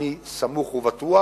אני סמוך ובטוח,